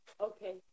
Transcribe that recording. okay